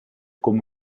come